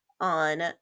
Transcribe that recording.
on